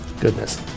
Goodness